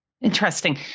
Interesting